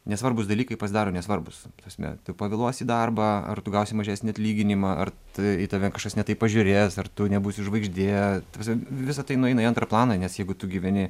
nesvarbūs dalykai pasidaro nesvarbūs ta prasme tu pavėluosi į darbą ar tu gausi mažesnį atlyginimą ar tai į tave kažkas ne taip pažiūrės ar tu nebūsi žvaigždė ta prasme visa tai nueina į antrą planą nes jeigu tu gyveni